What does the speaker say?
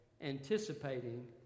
anticipating